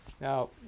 Now